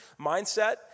mindset